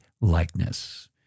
likeness